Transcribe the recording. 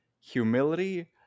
humility